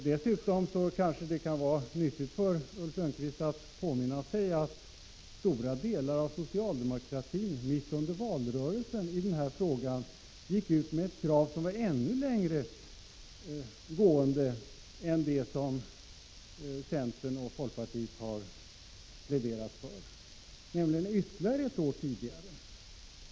Dessutom kan det kanske vara nyttigt för Ulf Lönnqvist att påminna sig att stora delar av socialdemokratin mitt under valrörelsen gick ut med ett krav i denna fråga som gick ännu längre än det som centern och folkpartiet har pläderat för, nämligen ytterligare ett års tidigareläggning.